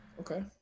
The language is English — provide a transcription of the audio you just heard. Okay